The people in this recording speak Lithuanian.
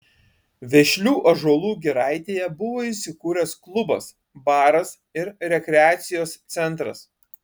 vešlių ąžuolų giraitėje buvo įsikūręs klubas baras ir rekreacijos centras